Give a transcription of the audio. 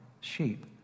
sheep